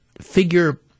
figure